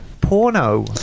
porno